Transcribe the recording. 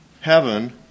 heaven